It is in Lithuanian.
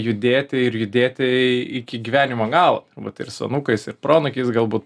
judėti ir judėti iki gyvenimo galo tai ir su anūkais ir proanūkiais galbūt